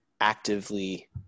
actively